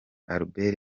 albert